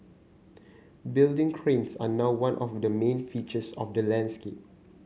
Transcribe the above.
building cranes are now one of the main features of the landscape